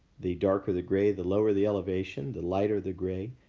the darker the gray, the lower the elevation. the lighter the gray,